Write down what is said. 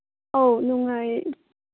ꯑꯧ ꯅꯨꯡꯉꯥꯏꯌꯦ